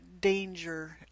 danger